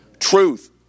truth